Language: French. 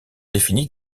définis